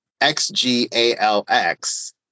xgalx